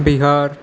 Bihar